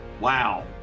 Wow